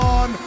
on